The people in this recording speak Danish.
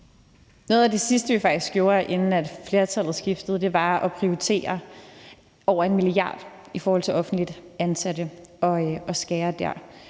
Noget af det sidste, vi faktisk gjorde, inden flertallet skiftede, var at prioritere over 1 mia. kr. i forhold til offentligt ansatte og at skære ned